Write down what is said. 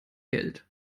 geld